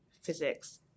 physics